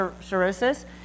cirrhosis